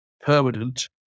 permanent